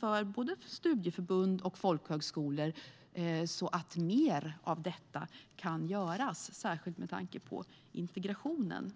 för både studieförbund och folkhögskolor, i vårändringspropositionen så att mer av detta kan göras, särskilt med tanke på integrationen.